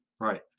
Right